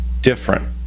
different